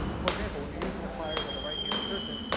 for example, when you're using the pliers as a right-handed person,